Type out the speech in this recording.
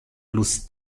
plus